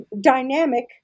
dynamic